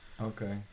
okay